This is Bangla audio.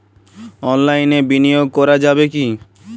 অনলাইনে বিনিয়োগ করা যাবে কি?